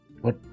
What-